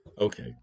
Okay